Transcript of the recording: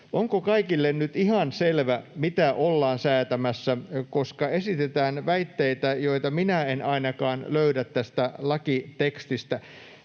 onko kaikille nyt ihan selvä, mitä ollaan säätämässä, koska esitetään väitteitä, joita ainakaan minä en löydä tästä lakitekstistä.